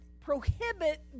prohibit